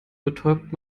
betäubt